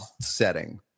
setting